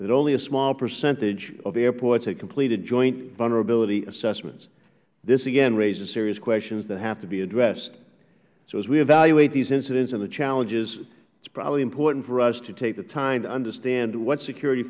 that only a small percentage of airports had completed joint vulnerability assessments this again raised serious questions that have to be addressed so as we evaluate these incidents and the challenges it's probably important for us to take the time to understand what security